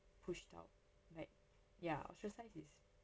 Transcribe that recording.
pushed out like ya ostracise is